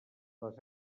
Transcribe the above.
les